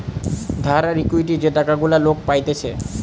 ধার আর ইকুইটি যে টাকা গুলা লোক পাইতেছে